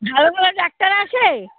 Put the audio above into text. ভালো ভালো ডাক্তার আছেে